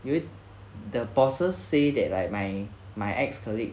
因为 the bosses say that like my my ex colleague